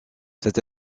cette